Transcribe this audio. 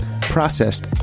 processed